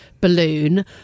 balloon